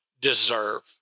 deserve